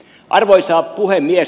arvoisa puhemies